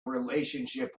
relationship